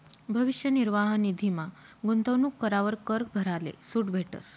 भविष्य निर्वाह निधीमा गूंतवणूक करावर कर भराले सूट भेटस